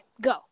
Go